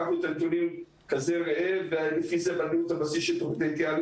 לקחנו את הנתונים ולפי זה בנו את הבסיס של ההתייעלות.